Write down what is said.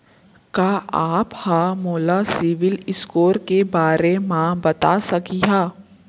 का आप हा मोला सिविल स्कोर के बारे मा बता सकिहा?